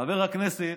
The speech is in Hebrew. חבר הכנסת